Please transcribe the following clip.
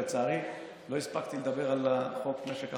לצערי לא הספקתי לדבר על חוק משק החלב,